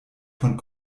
von